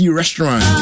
restaurant